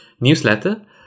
newsletter